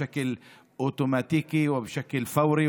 באופן אוטומטי ובאופן מיידי,